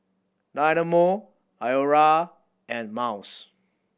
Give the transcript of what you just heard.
Dynamo Iora and Miles